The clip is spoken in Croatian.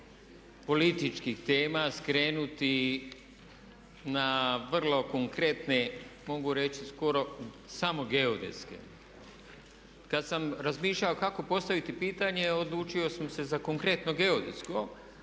političkih tema skrenuti na vrlo konkretne, mogu reći skoro, samo geodetske. Kada sam razmišljao kako postaviti pitanje odlučio sam se za konkretno geodetsko.